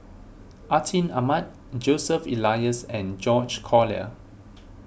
Atin Amat Joseph Elias and George Collyer